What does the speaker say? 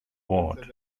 ward